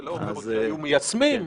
זה לא שהיו מיישמים.